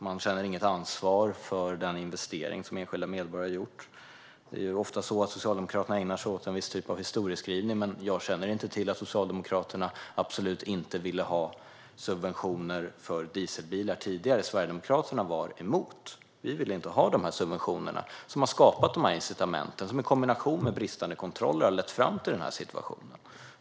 Man känner inget ansvar för den investering som enskilda medborgare har gjort. Socialdemokraterna ägnar sig ofta åt en viss typ av historieskrivning, men jag känner inte till något om att Socialdemokraterna tidigare absolut inte ville ha subventioner för dieselbilar. Sverigedemokraterna var emot detta. Vi ville inte ha dessa subventioner som har skapat incitamenten som i kombination med bristande kontroll har lett fram till den här situationen.